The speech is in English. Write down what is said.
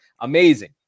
amazing